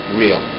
real